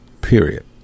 period